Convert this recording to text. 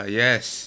yes